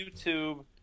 YouTube